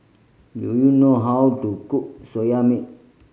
do you know how to cook Soya Milk